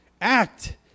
act